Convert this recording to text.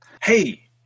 Hey